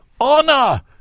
honor